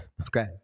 Okay